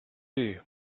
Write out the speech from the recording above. see